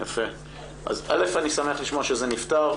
אני שמח לשמוע שזה נפתר.